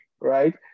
right